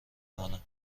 مانم